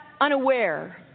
unaware